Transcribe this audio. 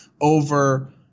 over